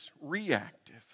Reactive